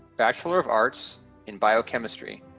bachelor of arts in biochemistry.